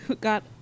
got